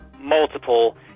multiple